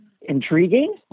intriguing